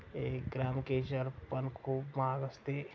एक ग्राम केशर पण खूप महाग असते